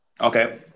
okay